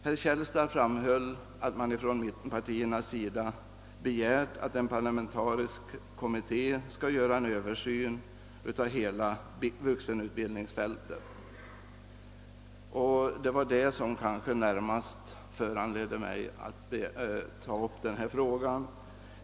Herr Källstad framhöll att mittenpartierna begärt att en parlamentarisk kommitté skall göra en översyn av hela vuxenutbildningsfältet. Det var detta som närmast föranledde mig att ta upp denna fråga.